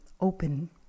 open